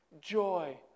joy